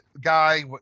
guy